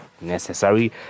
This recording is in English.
necessary